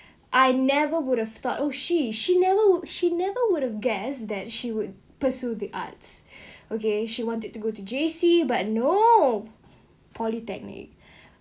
I never would have thought oh she she never would she never would've guess that she would pursue the arts okay she wanted to go to J_C but no polytechnic